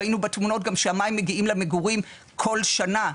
ראינו בתמונות גם שהמים מגיעים למגורים כל שנה,